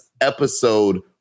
Episode